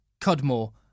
Cudmore